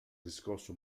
riscosso